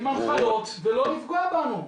עם הנחיות ולא לפגוע בנו.